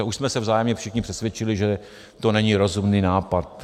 Už jsme se vzájemně všichni přesvědčili, že to není rozumný nápad.